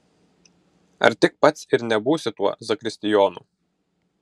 ar tik pats ir nebūsi tuo zakristijonu